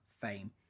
Fame